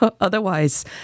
otherwise